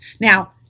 Now